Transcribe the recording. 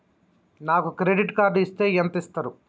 నాకు credit card ఇస్తే ఎంత ఇస్తరు?